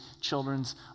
children's